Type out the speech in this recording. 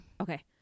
Okay